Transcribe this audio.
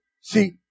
See